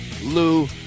Lou